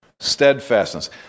Steadfastness